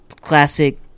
Classic